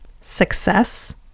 Success